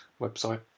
website